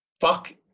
fuck